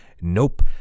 nope